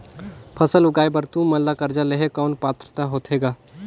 फसल उगाय बर तू मन ला कर्जा लेहे कौन पात्रता होथे ग?